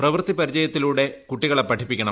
പ്രവൃത്തി പരിചയത്തിലൂടെ കുട്ടികളെ പഠിപ്പിക്കണം